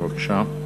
בבקשה.